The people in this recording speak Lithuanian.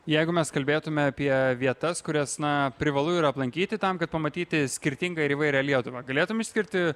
jeigu mes kalbėtume apie vietas kurias na privalu yra aplankyti tam kad pamatyti skirtingą ir įvairią lietuvą galėtum išskirti